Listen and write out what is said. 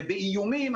ובאיומים,